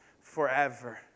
forever